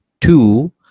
Two